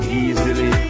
easily